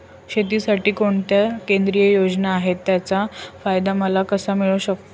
शेतीसाठी कोणत्या केंद्रिय योजना आहेत, त्याचा फायदा मला कसा मिळू शकतो?